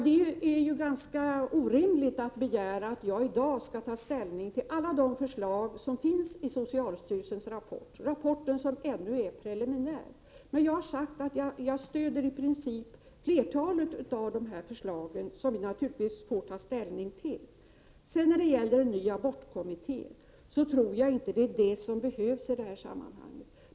Det är ganska orimligt att begära att jag i dag skall kunna ta ställning till alla de förslag som finns i socialstyrelsens rapport, som ännu är preliminär. Jag har emellertid sagt att jag i princip stöder flertalet av förslagen, som vi naturligtvis får ta ställning till. Beträffande en ny abortkommitté vill jag säga att jag inte tror att det är en sådan som behövs i det här sammanhanget.